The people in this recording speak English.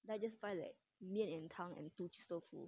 then I just buy the 面 and 汤 and two cheese 豆腐